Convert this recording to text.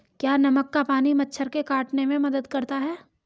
क्या नमक का पानी मच्छर के काटने में मदद करता है?